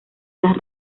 las